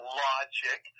logic